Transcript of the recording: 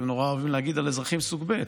אתם נורא אוהבים להגיד אזרחים סוג ב'